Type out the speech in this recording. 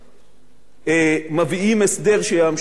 מביאים הסדר שיאפשר את המשך פעולתו,